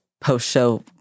post-show